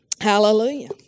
Hallelujah